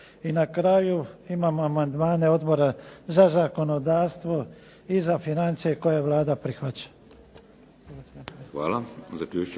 I na kraju imamo amandmane Odbora za zakonodavstvo i za financije koje Vlada prihvaća.